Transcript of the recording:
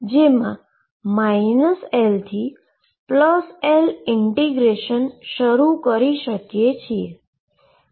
જેમાં -L થી L integration શરૂ કરી શકીએ છીએ